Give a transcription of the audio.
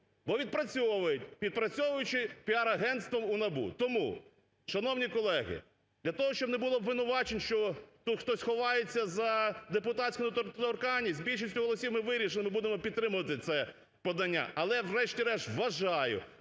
Бо відпрацьовують, відпрацьовуючи піар-агентством у НАБУ. Тому, шановні колеги, для того, щоб не було обвинувачень, що тут хтось ховається за депутатську недоторканність, більшістю голосів ми вирішили, що ми будемо підтримувати це подання. Але врешті-решт вважаю